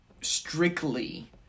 strictly